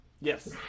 Yes